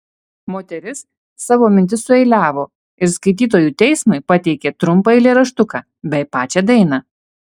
moteris savo mintis sueiliavo ir skaitytojų teismui pateikė trumpą eilėraštuką bei pačią dainą